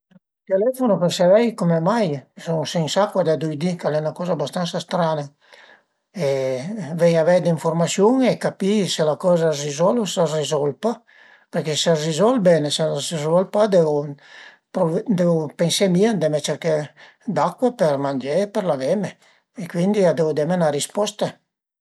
S'a së stupa ën lavandin al e ün prublema, ma lu rizulvuma, pìe ël dëstupalavandin, bütu lë stupun al lavandin, tire d'acua almenu meza vaschëtta e pöi tire via lë stupun e ënpresa cun ël dëstupalavandin cumincia a pusé e tiré, pusa giü, tira sü, pusa giü, tira sü, tante volte fin che cuaicoza a së dëzbloca